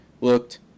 looked